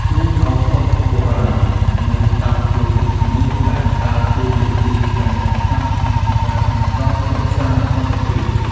គ្រូឱសថបុរាណនៅតាមភូមិ នៅតែដើរតួនាទីយ៉ាងសំខាន់ក្នុងការផ្តល់ប្រឹក្សាសុខភាព។